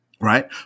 right